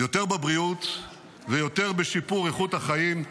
יותר בבריאות ויותר בשיפור איכות החיים.